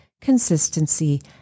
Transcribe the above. consistency